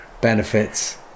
benefits